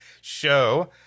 show